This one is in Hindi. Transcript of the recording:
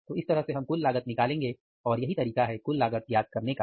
तो इस तरह से हम कुल लागत निकालेंगे और यही तरीका है कुल लागत ज्ञात करने का